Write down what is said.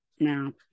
Now